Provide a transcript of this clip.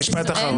משפט אחרון.